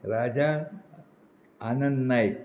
Raja Anand Naik